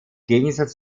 gegensatz